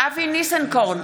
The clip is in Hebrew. אבי ניסנקורן,